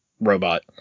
robot